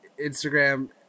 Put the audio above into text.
Instagram